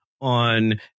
on